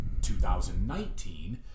2019